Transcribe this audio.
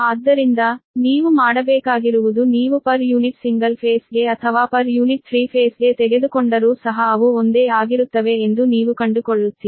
ಆದ್ದರಿಂದ ನೀವು ಮಾಡಬೇಕಾಗಿರುವುದು ನೀವು ಪರ್ ಯೂನಿಟ್ ಸಿಂಗಲ್ ಫೇಸ್ ಗೆ ಅಥವಾ ಪರ್ ಯೂನಿಟ್ ಥ್ರೀ ಫೇಸ್ ಗೆ ತೆಗೆದುಕೊಂಡರೂ ಸಹ ಅವು ಒಂದೇ ಆಗಿರುತ್ತವೆ ಎಂದು ನೀವು ಕಂಡುಕೊಳ್ಳುತ್ತೀರಿ